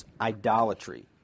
idolatry